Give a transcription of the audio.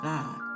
God